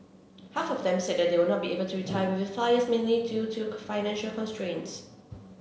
half of them said they would not be able to retire within five years mainly due to financial constraints